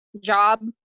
job